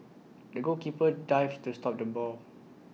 the goalkeeper dived to stop the ball